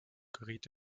geriet